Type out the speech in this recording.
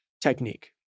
technique